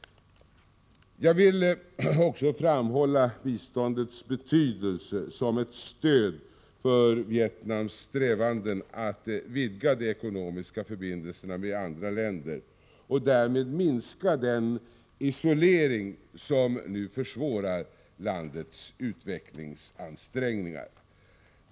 Jag vill också framhålla biståndets betydelse som ett stöd för Vietnams strävanden att vidga de ekonomiska förbindelserna med andra länder och därmed minska den isolering som nu försvårar landets utvecklingsansträngningar.